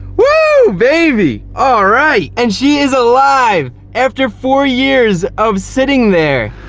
woo, baby! alright! and she is alive! after four years of sitting there!